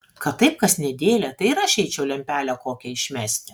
kad taip kas nedėlią tai ir aš eičiau lempelę kokią išmesti